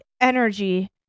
energy